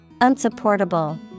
Unsupportable